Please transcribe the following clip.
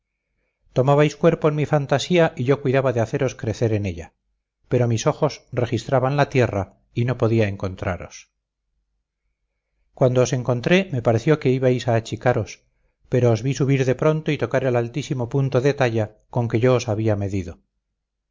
ansúrez tomabais cuerpo en mi fantasía y yo cuidaba de haceros crecer en ella pero mis ojos registraban la tierra y no podían encontraros cuando os encontré me pareció que ibais a achicaros pero os vi subir de pronto y tocar el altísimo punto de talla con que yo os había medido